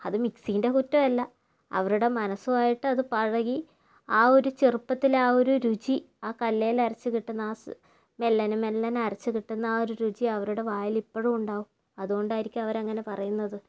അത് മിക്സീൻ്റെ കുറ്റമല്ല അവരുടെ മനസ്സുമായിട്ട് അത് പഴകി ആ ഒരു ചെറുപ്പത്തില് ആ ഒരു രുചി ആ കല്ലിൽ അരച്ചുകിട്ടുന്ന മെല്ലെനെ മെല്ലെനെ അരച്ചു കിട്ടുന്ന ആ ഒരു രുചി അവരുടെ വായില് ഇപ്പോഴും ഉണ്ടാവും അതുകൊണ്ടായിരിക്കും അവരങ്ങനെ പറയുന്നത്